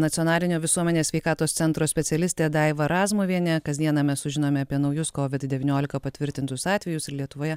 nacionalinio visuomenės sveikatos centro specialistė daiva razmuvienė kasdieną mes sužinome apie naujus kovid devyniolika patvirtintus atvejus ir lietuvoje